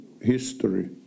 history